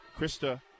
Krista